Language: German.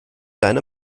deine